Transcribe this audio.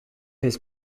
his